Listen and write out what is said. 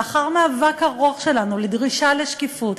לאחר מאבק ארוך שלנו לדרישה לשקיפות,